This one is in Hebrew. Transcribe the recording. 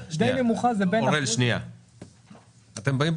התשואה למגורים היא בערך 3%. אני לא מבין מה